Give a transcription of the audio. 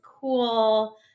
cool